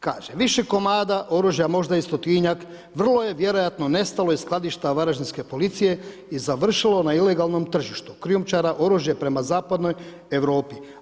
Kaže: više komada oružja, možda i stotinjak, vrlo je vjerojatno nestalo iz skladišta varaždinske policije i završilo na ilegalnom tržištu krijumčara oružja prema zapadnoj Europi.